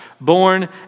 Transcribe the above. born